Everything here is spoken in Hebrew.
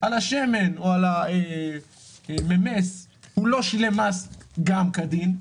על השמן או על הממס הוא לא שילם מס גם כדין,